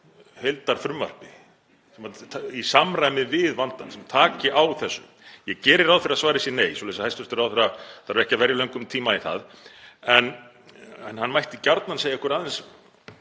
heildarfrumvarpi í samræmi við vandann sem tekur á þessu? Ég geri ráð fyrir að svarið sé nei, svoleiðis að hæstv. ráðherra þarf ekki að verja löngum tíma í það. En hann mætti gjarnan segja okkur aðeins